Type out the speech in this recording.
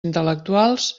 intel·lectuals